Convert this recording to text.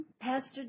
Pastor